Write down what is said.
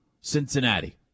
Cincinnati